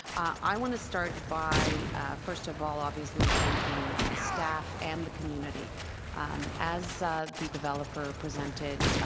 i want to start by first of all obviously thanking staff and the community as the developer represented.